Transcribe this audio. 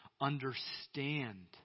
understand